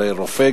הרי רופא,